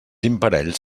imparells